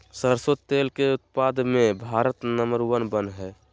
सरसों तेल के उत्पाद मे भारत नंबर वन हइ